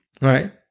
right